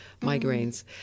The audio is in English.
migraines